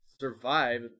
survive